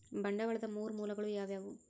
ಬಂಡವಾಳದ್ ಮೂರ್ ಮೂಲಗಳು ಯಾವವ್ಯಾವು?